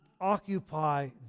occupy